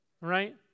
right